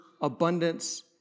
abundance